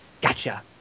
Gotcha